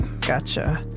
gotcha